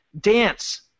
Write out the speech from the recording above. Dance